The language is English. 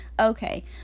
okay